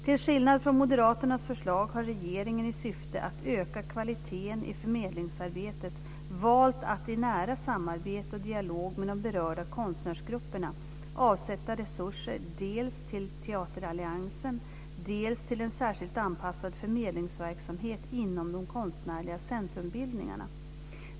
Till skillnad från moderaternas förslag har regeringen i syfte att öka kvaliteten i förmedlingsarbetet valt att i nära samarbete och dialog med de berörda konstnärsgrupperna, avsätta resurser dels till Teateralliansen, dels till en särskilt anpassad förmedlingsverksamhet inom de konstnärliga centrumbildningarna.